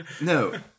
No